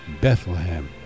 Bethlehem